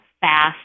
fast